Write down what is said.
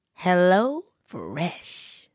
HelloFresh